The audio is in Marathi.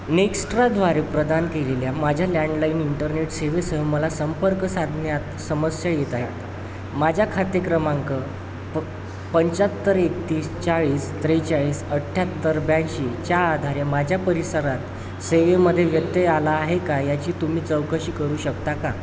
नेक्स्ट्राद्वारे प्रदान केलेल्या माझ्या लँडलाईन इंटरनेट सेवेसह मला संपर्क साधण्यात समस्या येत आहे माझ्या खाते क्रमांक प पंच्याहत्तर एकतीस चाळीस त्रेचाळीस अठ्ठ्याहत्तर ब्याऐंशीच्या आधारे माझ्या परिसरात सेवेमध्ये व्यत्यय आला आहे का याची तुम्ही चौकशी करू शकता का